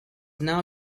now